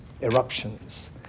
eruptions